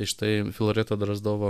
tai štai filareto drozdovo